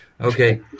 Okay